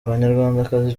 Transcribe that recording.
abanyarwandakazi